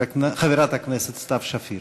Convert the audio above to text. חברת הכנסת סתיו שפיר.